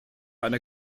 einer